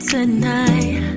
Tonight